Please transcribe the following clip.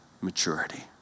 maturity